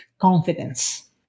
confidence